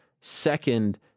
second